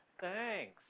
Thanks